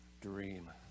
dream